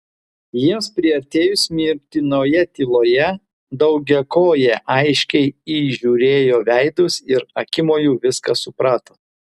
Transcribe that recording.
jiems priartėjus mirtinoje tyloje daugiakojė aiškiai įžiūrėjo veidus ir akimoju viską suprato